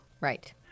Right